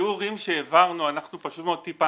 בתיאורים שהעברנו טיפלנו.